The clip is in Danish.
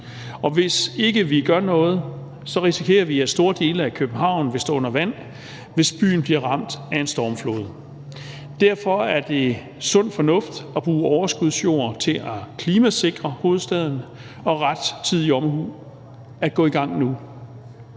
og hvis ikke vi gør noget, risikerer vi, at store dele af København vil stå under vand, hvis byen bliver ramt af en stormflod. Derfor er det sund fornuft at bruge overskudsjord til at klimasikre hovedstaden og rettidig omhu at gå i gang nu.